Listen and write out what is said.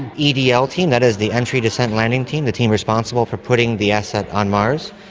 the the edl team, that is the entry descent landing team, the team responsible for putting the asset on mars,